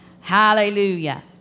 Hallelujah